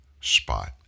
spot